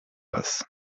das